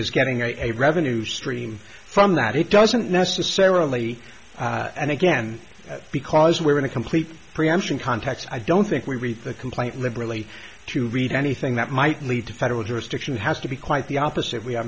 is getting a revenue stream from that it doesn't necessarily and again because we're in a complete preemption context i don't think we read the complaint liberally to read anything that might lead to federal jurisdiction has to be quite the opposite we are